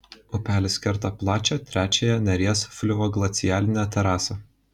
upelis kerta plačią trečiąją neries fliuvioglacialinę terasą